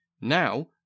Now